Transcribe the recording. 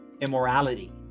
immorality